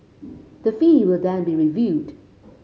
the fee will then be reviewed